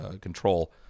control